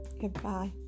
goodbye